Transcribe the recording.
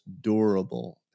durable